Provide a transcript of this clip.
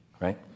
right